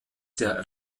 der